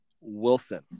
Wilson